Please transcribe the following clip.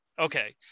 Okay